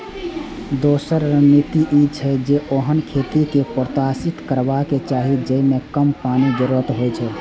दोसर रणनीति ई छै, जे ओहन खेती कें प्रोत्साहित करबाक चाही जेइमे कम पानिक जरूरत हो